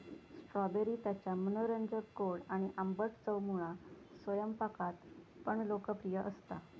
strawberry त्याच्या मनोरंजक गोड आणि आंबट चवमुळा स्वयंपाकात पण लोकप्रिय असता